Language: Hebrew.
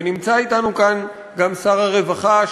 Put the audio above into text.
ונמצא אתנו כאן גם שר הרווחה,